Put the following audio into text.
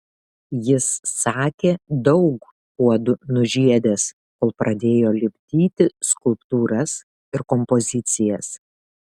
jis sakė daug puodų nužiedęs kol pradėjo lipdyti skulptūras ir kompozicijas